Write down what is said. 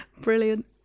Brilliant